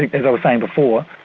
as i was saying before,